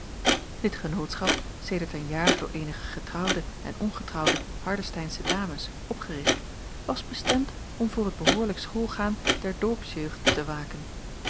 dit genootschap sedert een jaar door eenige getrouwde en ongetrouwde hardesteinsche dames opgericht was bestemd om voor het behoorlijk schoolgaan der dorpsjeugd te waken